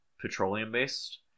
petroleum-based